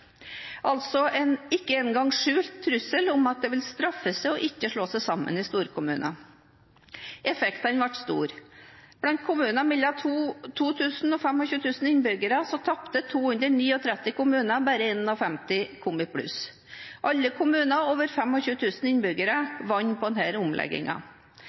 altså en ikke engang skjult trussel om at det ville straffe seg ikke å slå seg sammen i storkommuner. Effektene ble store. Blant kommuner mellom 2 000 og 25 000 innbyggere tapte 239 kommuner. Bare 51 kom i pluss. Alle kommuner med over